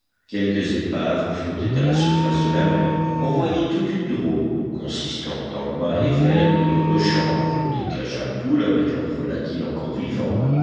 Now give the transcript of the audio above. quelques épaves flottaient à la surface de la mer on voyait toute une drome consistant en mâts et vergues de rechange des cages à poules avec leurs volatiles encore vivants